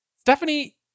Stephanie